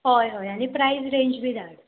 हय हय आनी प्रायज रेंज बी धाड